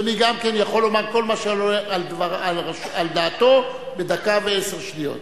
אדוני יוכל לומר כל מה שעולה על דעתו בדקה ועשר שניות.